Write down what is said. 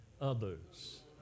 others